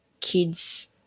kids